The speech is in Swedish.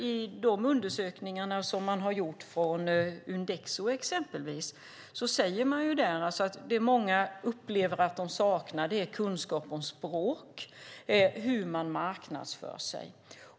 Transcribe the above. I de undersökningar som exempelvis Undexo har gjort säger många att de upplever att de saknar språkkunskaper och kunskap om hur man marknadsför sig.